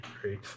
great